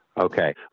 Okay